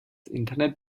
internet